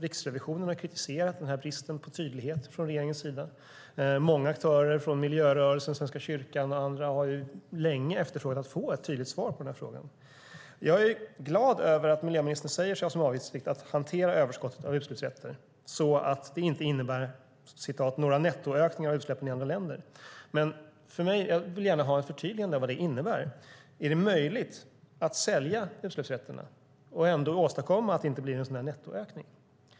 Riksrevisionen har kritiserat bristen på tydlighet från regeringens sida. Många aktörer från miljörörelsen, Svenska kyrkan och andra har länge efterfrågat ett tydligt svar på frågan. Jag är glad att miljöministern säger sig ha för avsikt att hantera överskottet av utsläppsrätter så att det inte innebär några nettoökningar av utsläpp i andra länder. Jag vill dock gärna ha ett förtydligande av vad det innebär. Är det möjligt att sälja utsläppsrätterna och ändå åstadkomma att det inte blir en nettoökning?